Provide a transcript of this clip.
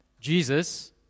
Jesus